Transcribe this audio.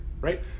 right